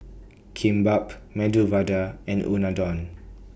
Kimbap Medu Vada and Unadon